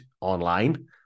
online